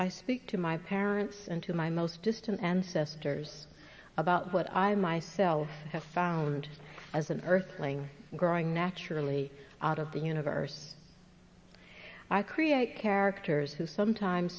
i speak to my parents and to my most distant ancestors about what i myself have found as an earthling growing naturally out of the universe i create characters who sometimes